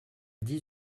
dix